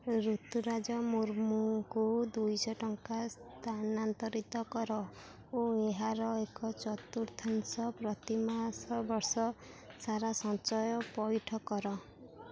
ରୁତୁରାଜ ମୁର୍ମୁ ଙ୍କୁ ଦୁଇଶହ ଟଙ୍କା ସ୍ଥାନାନ୍ତରିତ କର ଓ ଏହାର ଏକ ଚତୁର୍ଥାଂଶ ପ୍ରତିମାସ ବର୍ଷସାରା ସଞ୍ଚୟ ପଇଠ କର